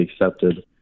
accepted